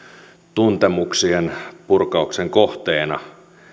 tuntemuksien purkauksen kohteena